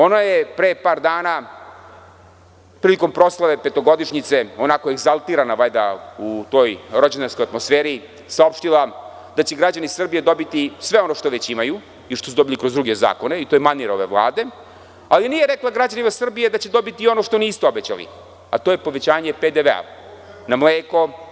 Ona je pre par dana prilikom proslave petogodišnjice, onako egzaltirana valjda u toj rođendanskoj atmosferi saopštila da će građani Srbije dobiti sve ono što već imaju i što su dobili kroz druge zakone i to je manir ove Vlade, ali nije rekla građanima Srbije da će dobiti i ono što niste obećali, a to je povećanje PDV-a na mleko.